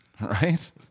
Right